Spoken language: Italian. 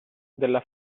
della